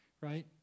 right